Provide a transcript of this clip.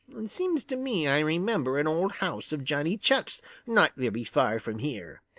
seems to me i remember an old house of johnny chuck's not very far from here.